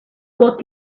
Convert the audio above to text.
got